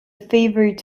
favored